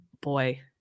boy